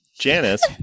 Janice